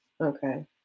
Okay